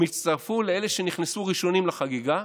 הם הצטרפו לאלה שנכנסו ראשונים לחגיגה: